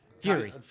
Fury